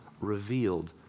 revealed